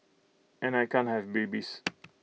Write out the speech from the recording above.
and I can't have babies